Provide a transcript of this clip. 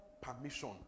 permission